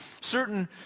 Certain